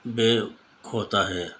بے کھوتا ہے